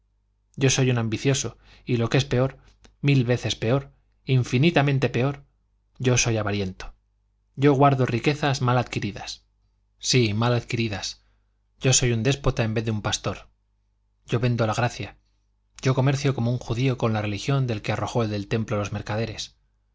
yo soy un ambicioso y lo que es peor mil veces peor infinitamente peor yo soy avariento yo guardo riquezas mal adquiridas sí mal adquiridas yo soy un déspota en vez de un pastor yo vendo la gracia yo comercio como un judío con la religión del que arrojó del templo a los mercaderes